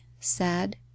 sad